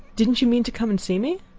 didn't you mean to come and see me?